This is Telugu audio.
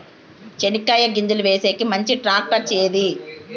చెనక్కాయ గింజలు వేసేకి మంచి టాక్టర్ ఏది?